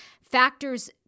Factors